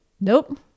Nope